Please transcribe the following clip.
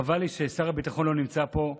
חבל לי ששר הביטחון לא נמצא פה,